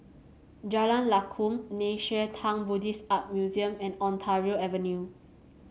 Jalan Lakum Nei Xue Tang Buddhist Art Museum and Ontario Avenue